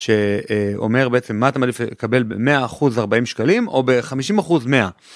שאומר בעצם מה אתה מעדיף לקבל במאה אחוז ארבעים שקלים או בחמישים אחוז מאה.